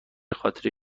خاطره